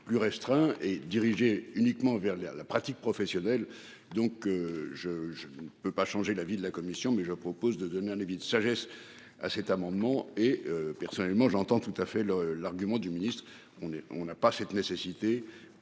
plus restreint et dirigée uniquement vers la la pratique professionnelle. Donc je, je ne peux pas changer la vie de la commission mais je propose de donner un avis de sagesse à cet amendement et personnellement j'entends tout à fait le l'argument du ministre on est on n'a pas cette nécessité